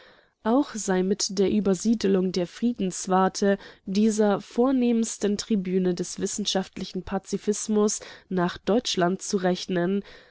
auch sei mit der übersiedlung der friedenswarte dieser vornehmsten tribüne des wissenschaftlichen pazifismus nach deutschland zu rechnen